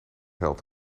geld